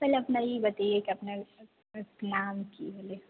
पहले तऽ अपनेके ई बतैयै कि अपनेके नाम की भेलै